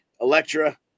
Electra